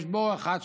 יש בו אחת,